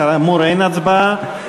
כאמור, אין הצבעה.